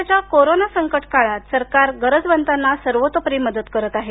सध्याच्या कोरोना संकटकाळात सरकार गरजवंतांना सर्वतोपरी मदत करतं आहे